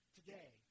today